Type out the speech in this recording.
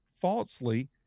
falsely